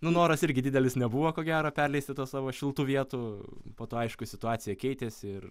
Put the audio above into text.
nu noras irgi didelis nebuvo ko gero perleisti tų savo šiltų vietų po to aišku situacija keitėsi ir